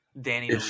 Danny